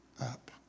up